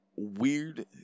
Weird